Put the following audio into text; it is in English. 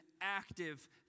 active